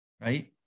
right